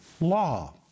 law